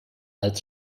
als